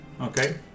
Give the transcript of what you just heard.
Okay